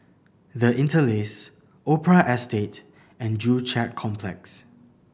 The Interlace Opera Estate and Joo Chiat Complex